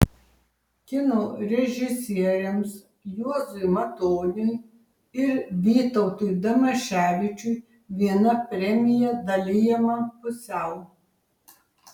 kino režisieriams juozui matoniui ir vytautui damaševičiui viena premija dalijama pusiau